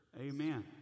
Amen